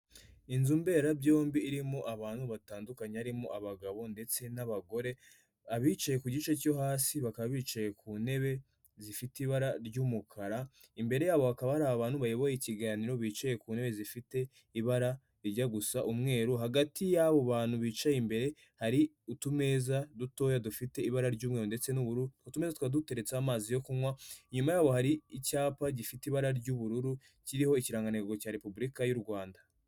Inzu mberabyombi irimo abantu batandukanye harimo abagabo ndetse n'abagore, abicaye ku gice cyo hasi bakaba bicaye ku ntebe zifite ibara ry'umukara, imbere yabo hakaba hari abantu bayoboye ikiganiro bicaye ku ntebe zifite ibara rijya gusa umweru, hagati y'abo bantu bicaye imbere hari utumeza dutoya dufite ibara ry'umweru ndetse n'ubururu, utumeza tukaba duteretseho amazi yo kunywa, inyuma yabo hari icyapa gifite ibara ry'ubururu kiriho ikirangantego cya Repubulika y'u Rwanda.